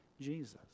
Jesus